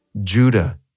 Judah